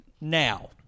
now